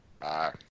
Bye